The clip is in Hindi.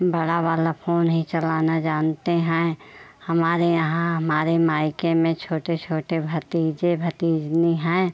बड़ा वाला फोन ही चलाना जानते हैं हमारे यहाँ हमारे मायके में छोटे छोटे भतीजे भतीजिनी है